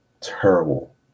terrible